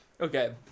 Okay